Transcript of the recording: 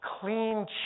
clean